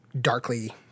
darkly